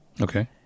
Okay